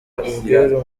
ubwiru